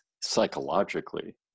psychologically